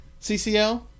CCL